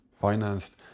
financed